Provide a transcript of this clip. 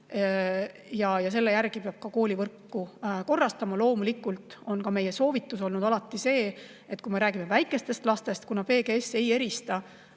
Selle järgi peab ka koolivõrku korrastama. Loomulikult on ka meie soovitus olnud alati see, kui me räägime väikestest lastest – PGS ei erista